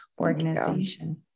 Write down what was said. organization